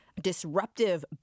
disruptive